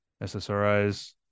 ssris